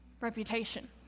reputation